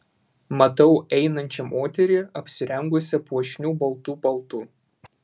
matau einančią moterį apsirengusią puošniu baltu paltu